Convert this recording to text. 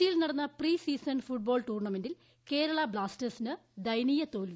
കൊച്ചിയിൽ നടന്ന pre season football ടൂർണമെന്റിൽ കേരള ബ്ലാസ്റ്റേഴ്സിന് ദയനീയ തോൽവി